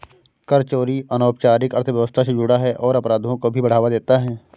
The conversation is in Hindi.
कर चोरी अनौपचारिक अर्थव्यवस्था से जुड़ा है और अपराधों को भी बढ़ावा देता है